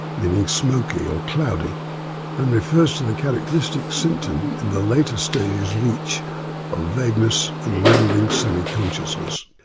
meaning smoky or cloudy and refers to the characteristic symptom in the later stages of each of vagueness and rambling semi consciousness.